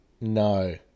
No